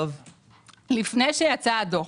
לפני שיצא הדוח.